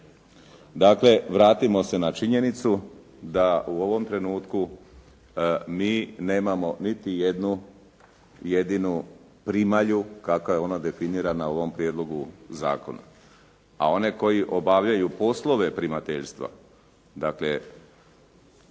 Dakle, vratimo se na činjenicu da u ovom trenutku mi nemamo niti jednu jedinu primalju kakva je ona definirana u ovom prijedlogu zakona. A one koji obavljaju poslova primaljstva dakle,